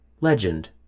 Legend